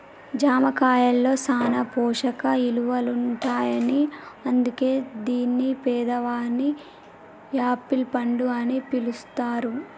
జామ కాయలో సాన పోషక ఇలువలుంటాయని అందుకే దీన్ని పేదవాని యాపిల్ పండు అని పిలుస్తారు